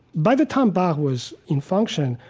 by the time bach was in function,